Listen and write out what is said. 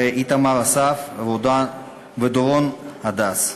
איתמר אסף ודורון הדס.